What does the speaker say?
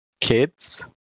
kids